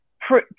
pre